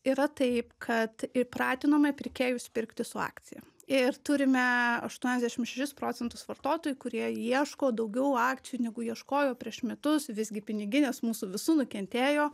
yra taip kad įpratinome pirkėjus pirkti su akcija ir turime aštuoniasdešim šešis procentus vartotojų kurie ieško daugiau akcijų negu ieškojo prieš metus visgi piniginės mūsų visų nukentėjo